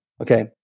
okay